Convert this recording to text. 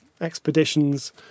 expeditions